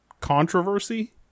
controversy